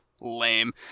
lame